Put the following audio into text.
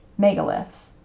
megaliths